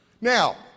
Now